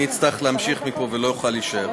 אני אצטרך להמשיך מפה ולא אוכל להישאר.